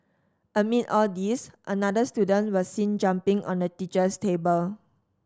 amid all this another student was seen jumping on the teacher's table